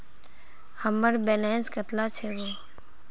हमार बैलेंस कतला छेबताउ?